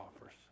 offers